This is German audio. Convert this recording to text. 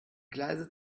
gleise